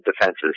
defenses